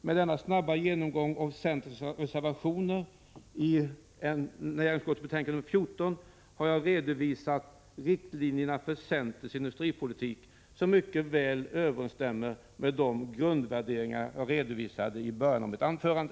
Med denna snabba genomgång av centerns reservationer i näringsutskottets betänkande 14 har jag redovisat riktlinjerna i centerns industripolitik, som mycket väl överensstämmer med de grundläggande värderingar som jag redovisade i början av mitt anförande.